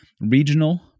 regional